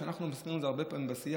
שאנחנו מדברים על זה הרבה פעמים בסיעה,